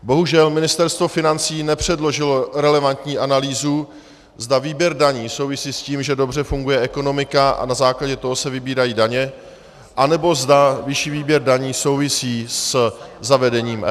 Bohužel Ministerstvo financí nepředložilo relevantní analýzu, zda výběr daní souvisí s tím, že dobře funguje ekonomika a na základě toho se vybírají daně, anebo zda vyšší výběr daní souvisí se zavedením EET.